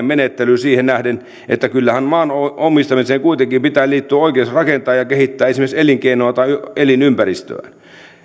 menettely siihen nähden että kyllähän maan omistamiseen kuitenkin pitää liittyä oikeus rakentaa ja kehittää esimerkiksi elinkeinoa tai elinympäristöä